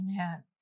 Amen